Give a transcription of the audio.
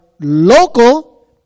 local